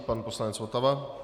Pan poslanec Votava.